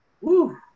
Woo